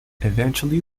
eventually